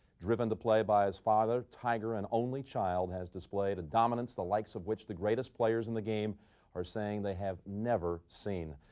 driven to play by his father tiger, an only child has displayed a dominance. the likes of which the greatest players in the game are saying they have never seen.